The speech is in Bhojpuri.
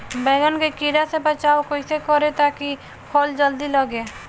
बैंगन के कीड़ा से बचाव कैसे करे ता की फल जल्दी लगे?